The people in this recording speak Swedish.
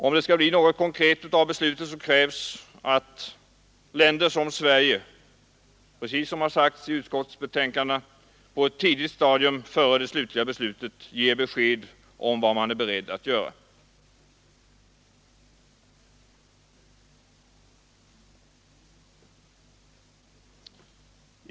Om det skall bli något konkret av beslutet krävs också att länder som Sverige, precis som det anförts i utskottsbetänkandena, på ett tidigt stadium före det slutliga beslutet ger besked om vad vi är Nr 98 beredda att göra.